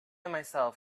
myself